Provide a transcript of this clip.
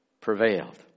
prevailed